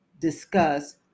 discuss